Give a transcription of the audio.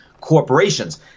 corporations